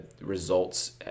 results